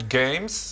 games